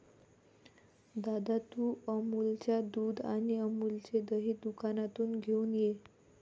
दादा, तू अमूलच्या दुध आणि अमूलचे दही दुकानातून घेऊन ये